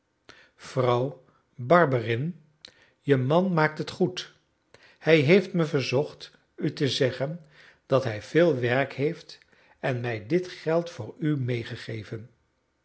vrouw barberin je man maakt het goed hij heeft me verzocht u te zeggen dat hij veel werk heeft en mij dit geld voor u meegegeven